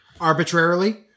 arbitrarily